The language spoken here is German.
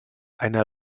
einer